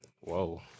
Whoa